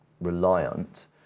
reliant